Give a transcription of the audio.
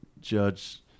judge